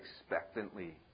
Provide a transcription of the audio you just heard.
expectantly